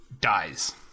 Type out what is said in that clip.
dies